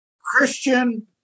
Christian